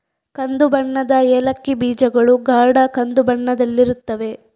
ಕಂದು ಬಣ್ಣದ ಏಲಕ್ಕಿ ಬೀಜಗಳು ಗಾಢ ಕಂದು ಬಣ್ಣದಲ್ಲಿರುತ್ತವೆ